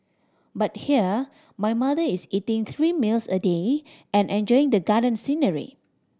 but here my mother is eating three meals a day and enjoying the garden scenery